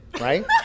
right